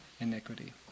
iniquity